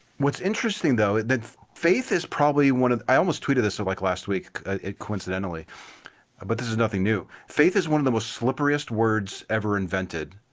what's interesting though is that. faith is probably one of the i almost tweeted this like last week coincidentally but this is nothing new faith is one of the most slipperiest words ever invented.